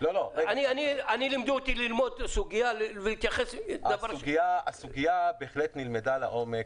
אותי לימדו ללמוד סוגייה ולהתייחס --- הסוגייה בהחלט נלמדה לעומק.